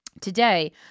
Today